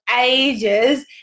ages